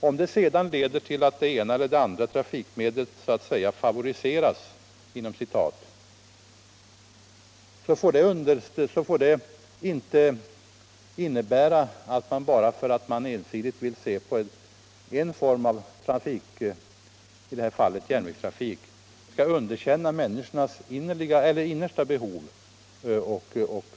Om det leder till att det ena eller andra trafikmedlet ”favoriseras” får det inte tas som uttryck för att vi vill underkänna människornas innersta behov och önskemål.